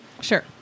Sure